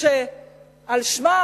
שעל שמה,